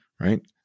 right